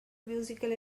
musical